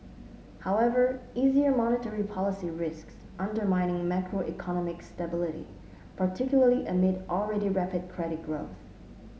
however easier monetary policy risks undermining macroeconomic stability particularly amid already rapid credit growth